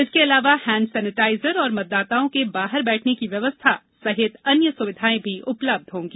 इसके अलावा hand sanitiser और मतदाताओं के बाहर बैठने की व्यवस्था सहित अन्य सुविधाएं भी उपलब्ध रहेंगी